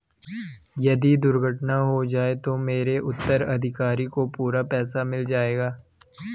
यदि दुर्घटना हो जाये तो मेरे उत्तराधिकारी को पूरा पैसा मिल जाएगा?